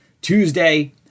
Tuesday